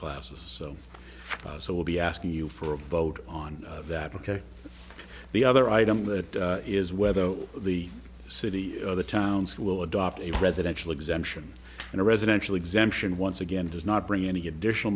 classes so so we'll be asking you for a vote on that ok the other item that is whether the city other towns will adopt a presidential exemption in a residential exemption once again does not bring any additional